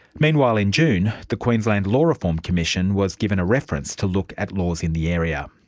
meanwhile in june, the queensland law reform commission was given a reference to look at laws in the area.